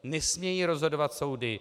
Nesmějí rozhodovat soudy.